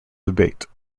debate